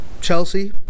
Chelsea